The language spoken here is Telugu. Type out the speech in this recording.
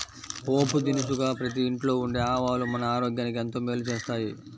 పోపు దినుసుగా ప్రతి ఇంట్లో ఉండే ఆవాలు మన ఆరోగ్యానికి ఎంతో మేలు చేస్తాయి